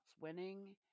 winning